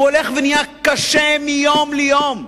והוא הולך ונעשה קשה מיום ליום,